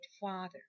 Father